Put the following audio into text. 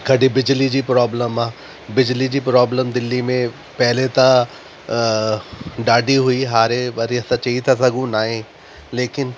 कॾहिं बिजली जी प्रोब्लम बिजली जी प्रोब्लम दिल्ली में पहिरीं त ॾाढी हुई वरी हाणे असां चई थी सघूं न आहे लेकिन